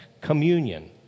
communion